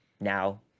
now